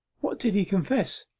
what did he confess?